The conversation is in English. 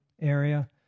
area